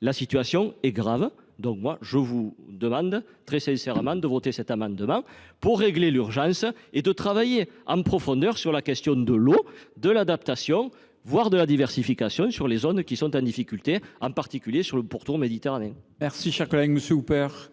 la raison pour laquelle je vous demande très sincèrement de voter cet amendement, afin de régler l’urgence et de travailler en profondeur sur la question de l’eau, de l’adaptation, voire de la diversification dans les zones qui sont en difficulté, en particulier sur le pourtour méditerranéen. La parole est à M. Alain Houpert,